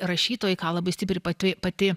rašytojai ką labai stipriai pati pati